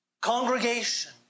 congregation